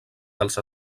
dels